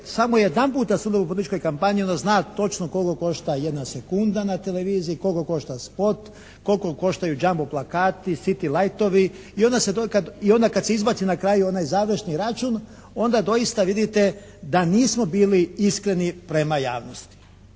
samo jedanput sudjelovao u političkoj kampanji onda zna točno koliko košta jedna sekunda na televiziji, koliko košta spot, koliko koštaju jumbo plakati, city lajtovi? I onda kad se izbaci na kraju onaj završni račun onda doista vidite da nismo bili iskreni prema javnosti.